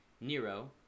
Nero